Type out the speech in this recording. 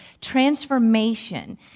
transformation